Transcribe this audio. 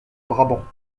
brabant